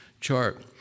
chart